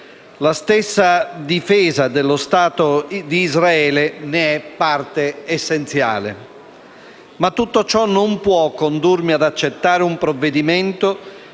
La stessa difesa dello Stato di Israele ne è parte essenziale. Ma tutto ciò non può condurmi ad accettare un provvedimento,